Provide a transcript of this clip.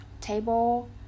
table